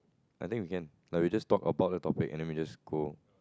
I think we can like we just talk about the topic and then we just go